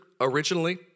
originally